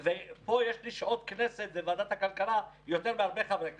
יש לי בוועדת הכלכלה שעות כנסת יותר מהרבה חברי כנסת,